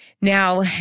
Now